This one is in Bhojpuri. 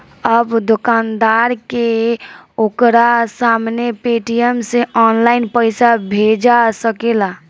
अब दोकानदार के ओकरा सामने पेटीएम से ऑनलाइन पइसा भेजा सकेला